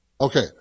Okay